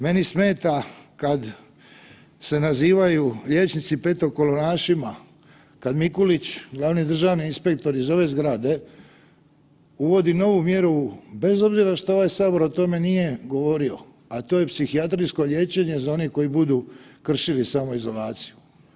Meni smeta kad se nazivaju liječnici petokolonašima, kad Mikulić glavni državni inspektor iz ove zgrade uvodi novu mjeru, bez obzira što ovaj sabor o tome nije govorio, a to je psihijatrijsko liječenje za one koji budu kršili samoizolaciju.